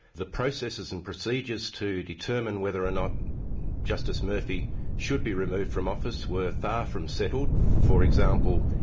the processes and procedures to determine whether or not justice murphy should be removed from office were far from settled, for example,